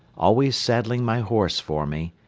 always saddling my horse for me,